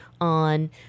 on